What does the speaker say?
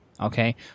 okay